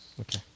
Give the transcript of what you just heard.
okay